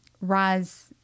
rise